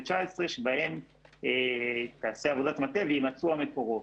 ו-19' שבהן תיעשה עבודת מטה ויימצאו המקורות.